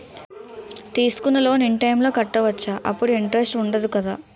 తీసుకున్న loan in time లో కట్టవచ్చ? అప్పుడు ఇంటరెస్ట్ వుందదు కదా?